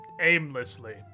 aimlessly